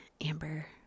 Amber